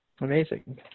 Amazing